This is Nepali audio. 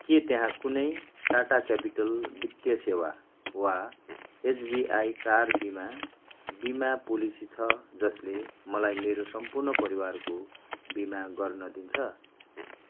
के त्यहाँ कुनै टाटा क्यापिटल वित्तीय सेवा वा एसबिआई कार बिमा बिमा पोलेसी छ जसले मलाई मेरो सम्पूर्ण परिवारको बिमा गर्नदिन्छ